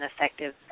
effective